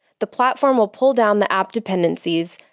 the platform will pull down the app dependencies,